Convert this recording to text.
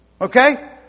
Okay